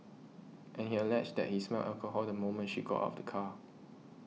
and he alleged that he smelled alcohol the moment she got out of the car